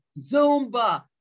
Zumba